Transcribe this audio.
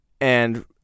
And-